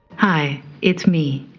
hi, it's me,